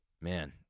man